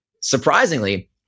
surprisingly